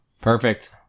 Perfect